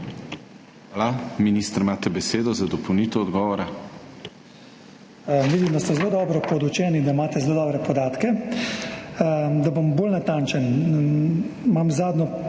Hvala. Minister, imate besedo za dopolnitev odgovora.